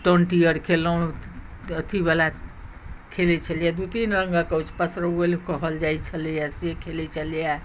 twenty अर खेललहुँ अथीवला खेलैत छलियै दू तीन रङ्गक पसरौवैल कहल जाइत छलैए से खेलैत छलियै